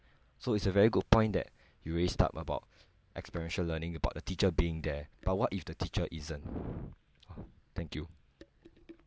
so it's a very good point that you raised up about experiential learning about the teacher being there but what if the teacher isn't oh thank you